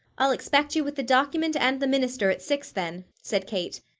i'll expect you with the document and the minister at six, then, said kate,